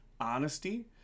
honesty